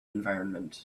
environment